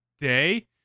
day